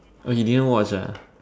oh you didn't watch ah